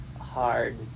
hard